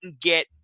get